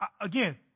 Again